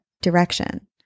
direction